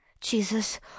Jesus